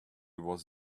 was